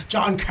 John